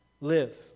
live